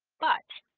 but